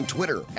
Twitter